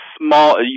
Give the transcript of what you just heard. Small